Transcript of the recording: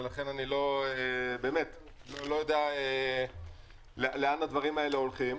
ולכן אני באמת לא יודע לאן הדברים האלה הולכים.